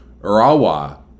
Urawa